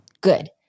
good